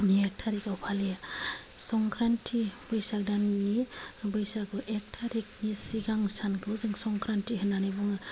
नि एक तारिकआव फालियो संक्रान्ति बैसाग दाननि बैसाग एक तारिकनि सिगां दानखौ जों संक्रान्ति होनना बुङो